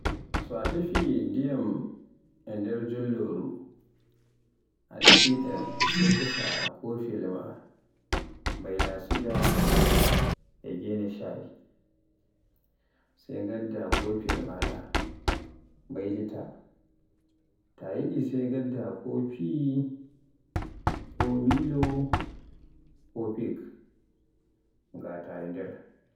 So a tefi ndiyam e nder jollori a defi sey tefa kofiyel maa mbayla suga e gene caay. Sai ngadda cokaliyel maaɗa mbaylita ta yiɗi sey ngàta kofi, ko Milo, ko pik ngàta e nder.